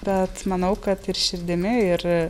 bet manau kad ir širdimi ir